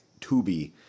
Tubi